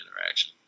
interaction